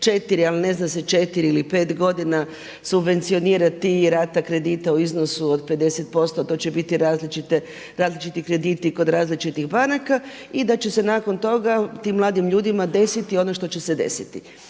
ali ne zna se 4 ili 5 godina subvencionirati i rata kredita u iznosu od 50%, to će biti različiti krediti kod različitih banaka i da će se nakon toga tim mladim ljudima desiti ono što će se desiti.